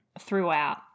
throughout